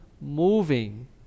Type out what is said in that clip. moving